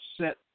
set